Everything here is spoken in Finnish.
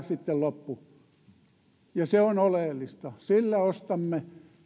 sitten loppu se on oleellista sillä ostamme